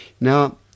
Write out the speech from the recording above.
Now